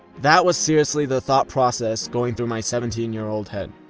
that was seriously the thought process going through my seventeen year old head.